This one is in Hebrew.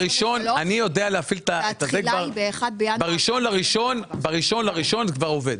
אני יודע להפעיל כך שב-1 בינואר הוא עובד.